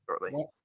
shortly